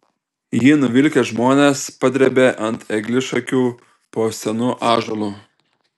jį nuvilkę žmonės padrėbė ant eglišakių po senu ąžuolu